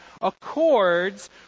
accords